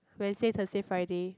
Wednesday Thursday Friday